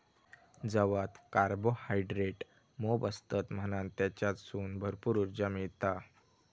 जवात कार्बोहायड्रेट मोप असतत म्हणान तेच्यासून भरपूर उर्जा मिळता